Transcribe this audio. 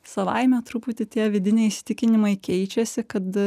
savaime truputį tie vidiniai įsitikinimai keičiasi kad